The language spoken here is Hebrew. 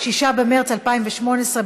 6 במרס 2018,